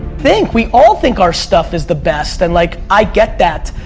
think, we all think our stuff is the best. and like i get that.